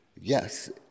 yes